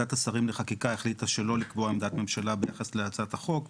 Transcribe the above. ועדת השרים לחקיקה החליטה שלא לקבוע עמדת ממשלה ביחס להצעת החוק.